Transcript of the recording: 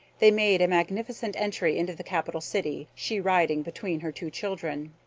they made a magnificent entry into the capital city, she riding between her two children.